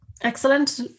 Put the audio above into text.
Excellent